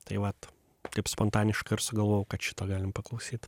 tai vat taip spontaniškai ir sugalvojau kad šito galim paklausyt